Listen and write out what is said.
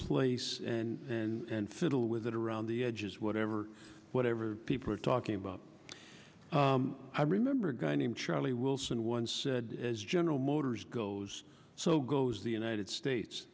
place and fiddle with it around the edges whatever whatever people are talking about i remember a guy named charlie wilson once said as general motors goes so goes the united states